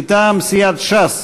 מטעם סיעת ש"ס.